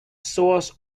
source